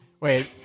Wait